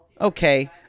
Okay